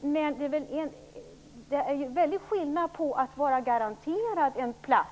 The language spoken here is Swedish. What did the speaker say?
Men det är en väldig skillnad på att vara garanterad en plats